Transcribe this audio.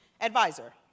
Advisor